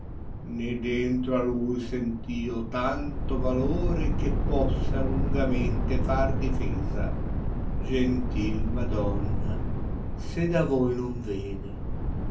né dentro a lui sent io tanto valore che possa lungamente far difesa gentil madonna se da voi non vene